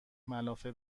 ملافه